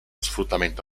sfruttamento